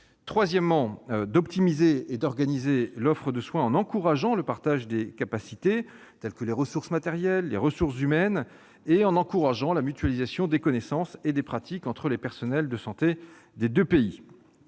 troisièmement, d'optimiser et d'organiser l'offre de soins en encourageant le partage des capacités telles que les ressources matérielles et humaines et en encourageant la mutualisation des connaissances et des pratiques entre les personnels de santé des deux pays.